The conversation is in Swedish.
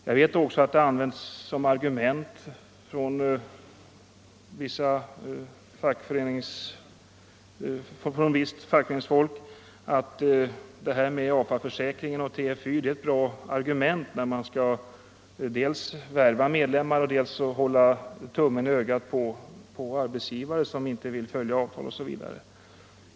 Jag vet också att det från visst fackföreningshåll har sagts att detta med AFA och TFY-försäkringar är ett bra argument när man skall värva medlemmar eller när man vill hålla tummen på ögat på arbetsgivare som inte vill följa avtalet.